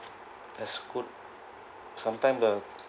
that's good sometime the